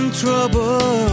trouble